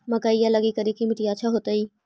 मकईया लगी करिकी मिट्टियां अच्छा होतई